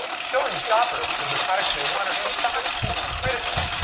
showing shoppers the products they want in stock is critical.